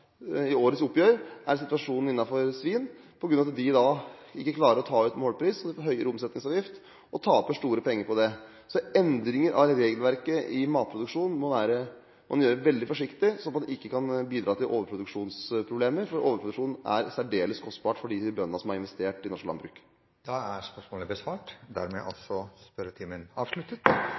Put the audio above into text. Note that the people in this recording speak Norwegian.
situasjonen innenfor svin på grunn av at de ikke klarer å ta ut målpris, de får høyere omsetningsavgift og taper store penger på det. Endringer av regelverket i matproduksjon må man gjøre veldig forsiktig, så det ikke kan bidra til overproduksjonsproblemer, for overproduksjon er særdeles kostbart for de bøndene som har investert i norsk landbruk. Dermed er